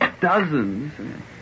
Dozens